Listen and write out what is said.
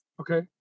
Okay